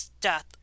death